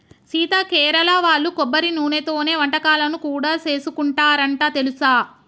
సీత కేరళ వాళ్ళు కొబ్బరి నూనెతోనే వంటకాలను కూడా సేసుకుంటారంట తెలుసా